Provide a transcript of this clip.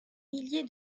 millier